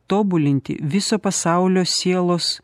tobulinti viso pasaulio sielos